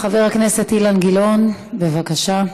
חבר הכנסת אילן גילאון, בבקשה.